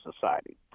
society